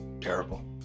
Terrible